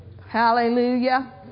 Hallelujah